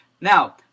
Now